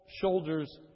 shoulders